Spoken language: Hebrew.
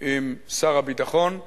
עם שר הביטחון,